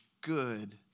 good